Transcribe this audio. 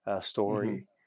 story